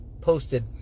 posted